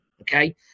okay